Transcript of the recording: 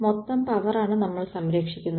മൊത്തം പവറാണ് നമ്മൾ സംരക്ഷിക്കുന്നത്